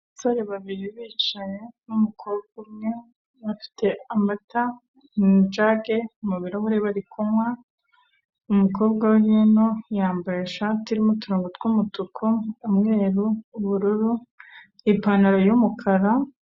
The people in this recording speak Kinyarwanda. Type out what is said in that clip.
Abasore babiri bicaye n'umukobwa umwe bafite amata mu ijage, mu birahuri bari kunywa, umukobwa wo hino yambaye ishati irimo uturongo tw'umutuku, umweru, ubururu, ipantaro y'umukara,,,